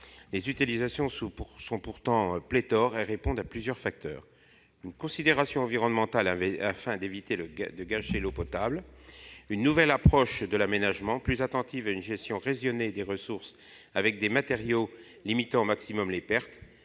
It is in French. Les utilisations sont pourtant pléthores et leur développement tient à plusieurs facteurs : des considérations environnementales, afin d'éviter de gâcher l'eau potable ; une nouvelle approche de l'aménagement, plus attentive à une gestion raisonnée des ressources, avec des matériaux limitant au maximum les pertes